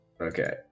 okay